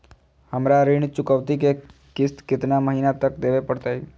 हमरा ऋण चुकौती के किस्त कितना महीना तक देवे पड़तई?